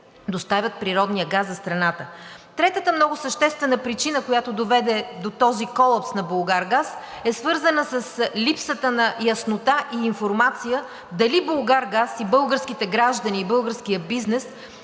доставят природния газ за страната. Третата много съществена причина, която доведе до този колапс на „Булгаргаз“, е свързана с липсата на яснота и информация дали „Булгаргаз“ и българските граждани, и българският бизнес